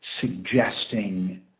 suggesting